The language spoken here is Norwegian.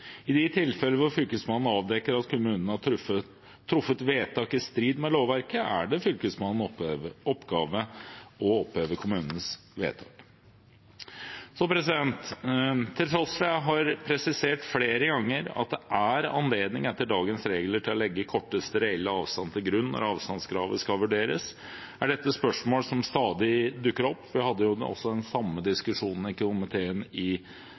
I de tilfeller der Fylkesmannen avdekker at kommunene har truffet vedtak i strid med lovverket, er det Fylkesmannens oppgave å oppheve kommunens vedtak. Til tross for at jeg har presisert flere ganger at det etter dagens regler er anledning til å legge korteste reelle avstand til grunn når avstandskravet skal vurderes, er dette spørsmål som stadig dukker opp, for vi hadde også den samme diskusjonen i komiteen i